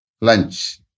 lunch